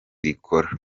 rikora